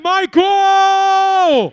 Michael